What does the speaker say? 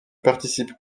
participent